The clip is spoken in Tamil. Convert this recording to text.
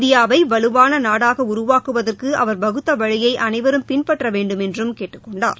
இந்தியாவை வலுவான நாடாக உருவாக்குவதற்கு அவர் வகுத்த வழியை அனைவரும் பின்பற்ற வேண்டும் என்று கேட்டுக்கொண்டார்